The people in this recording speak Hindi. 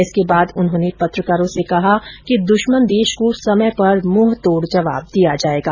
इसके बाद उन्होंने पत्रकारों से कहा कि दुश्मन देश को समय पर मुँहतोड़ जवाब दिया जाएगा